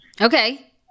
Okay